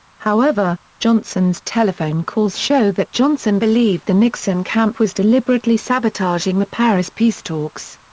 however, johnson's telephone calls show that johnson believed the nixon camp was deliberately sabotaging the paris peace talks.